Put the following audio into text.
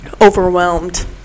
overwhelmed